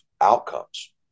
outcomes